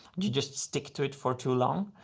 you just stick to it for too long.